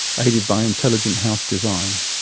aided by intelligent house design.